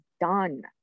done